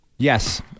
Yes